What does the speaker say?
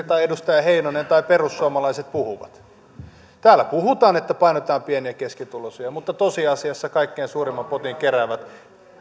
tai edustaja heinonen tai perussuomalaiset puhuvat täällä puhutaan että painotetaan pieni ja keskituloisia mutta tosiasiassa kaikkein suurimman potin keräävät